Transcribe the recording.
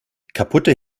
kaputte